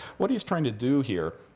what he's trying to do here,